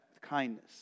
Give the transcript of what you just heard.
kindness